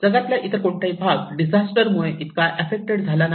जगातला इतर कोणताही भाग डिजास्टर मुळे इतका एफ्फेक्टड झाला नाही